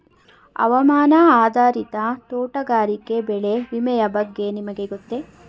ಹವಾಮಾನ ಆಧಾರಿತ ತೋಟಗಾರಿಕೆ ಬೆಳೆ ವಿಮೆಯ ಬಗ್ಗೆ ನಿಮಗೆ ಗೊತ್ತೇ?